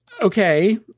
Okay